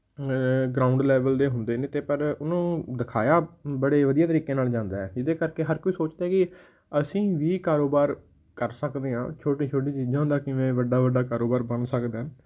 ground level ਦੇ ਹੁੰਦੇ ਨੇ ਅਤੇ ਪਰ ਉਹਨੂੰ ਦਿਖਾਇਆ ਬੜੇ ਵਧੀਆ ਤਰੀਕੇ ਨਾਲ ਜਾਂਦਾ ਹੈ ਜਿਹਦੇ ਕਰਕੇ ਹਰ ਕੋਈ ਸੋਚਦਾ ਹੈ ਕਿ ਅਸੀਂ ਵੀ ਕਾਰੋਬਾਰ ਕਰ ਸਕਦੇ ਹਾਂ ਛੋਟੀਆਂ ਛੋਟੀਆਂ ਚੀਜ਼ਾਂ ਦਾ ਕਿਵੇਂ ਵੱਡਾ ਵੱਡਾ ਕਾਰੋਬਾਰ ਬਣ ਸਕਦਾ ਹੈ